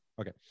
Okay